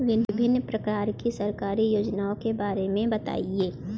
विभिन्न प्रकार की सरकारी योजनाओं के बारे में बताइए?